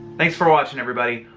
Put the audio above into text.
thanks for watching everybody,